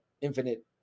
infinite